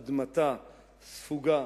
אדמתה ספוגה